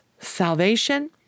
salvation